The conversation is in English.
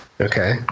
Okay